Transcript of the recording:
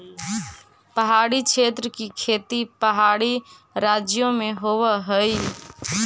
पहाड़ी क्षेत्र की खेती पहाड़ी राज्यों में होवअ हई